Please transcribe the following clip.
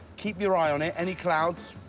keep your eye on it, any clouds,